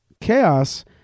chaos